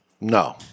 No